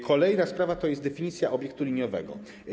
Kolejna sprawa to definicja obiektu liniowego.